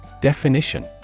Definition